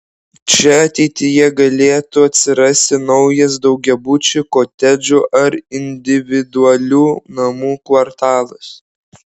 čia ateityje galėtų atsirasti naujas daugiabučių kotedžų ar individualių namų kvartalas